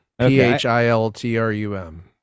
P-H-I-L-T-R-U-M